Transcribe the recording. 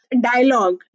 dialogue